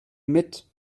mit